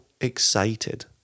excited